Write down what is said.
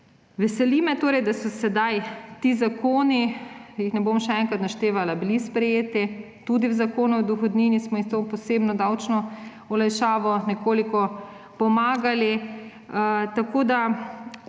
Veseli me torej, da so bili sedaj ti zakoni, ne bom jih še enkrat naštevala, sprejeti. Tudi v Zakonu o dohodnini smo jim s to posebno davčno olajšavo nekoliko pomagali.